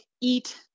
eat